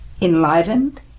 enlivened